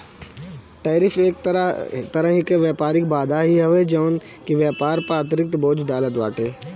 tariff एक तरही कअ व्यापारिक बाधा ही हवे जवन की व्यापार पअ अतिरिक्त बोझ डालत बाटे